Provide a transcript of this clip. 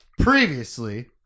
previously